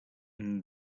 and